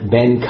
Ben